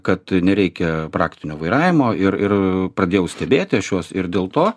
kad nereikia praktinio vairavimo ir ir pradėjau stebėti aš juos ir dėl to